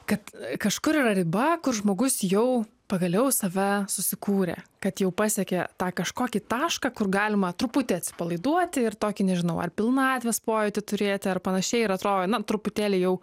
kad kažkur yra riba kur žmogus jau pagaliau save susikūrė kad jau pasiekė tą kažkokį tašką kur galima truputį atsipalaiduoti ir tokį nežinau ar pilnatvės pojūtį turėti ar panašiai ir atrodo na truputėlį jau